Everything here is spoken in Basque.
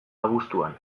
abuztuan